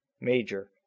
Major